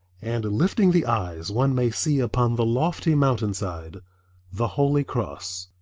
and lifting the eyes one may see upon the lofty mountain side the holy cross.